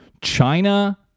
China